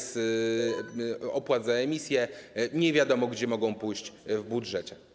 z opłat za emisję i nie wiadomo, na co mogą pójść w budżecie.